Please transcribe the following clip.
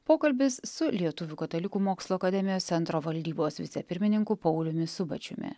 pokalbis su lietuvių katalikų mokslo akademijos centro valdybos vicepirmininku pauliumi subačiumi